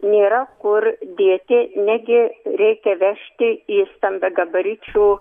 nėra kur dėti negi reikia vežti į stambiagabaričių